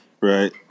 Right